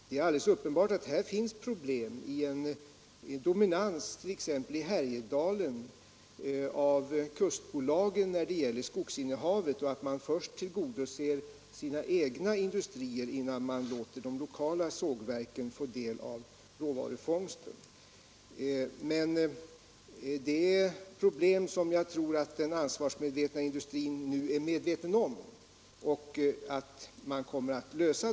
Det är alldeles uppenbart att det ligger problem i att det finns en dominans, t.ex. i Härjedalen, av kustbolag när det gäller skogsinnehavet och att dessa bolag först tillgodoser sina egna industrier innan de låter de lokala sågverken få del av råvarufångsten. Men det är problem som jag tror att den ansvarskännande industrin nu är medveten om och kommer att lösa.